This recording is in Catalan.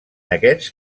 aquests